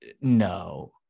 No